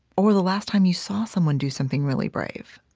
or the last time you saw someone do something really brave.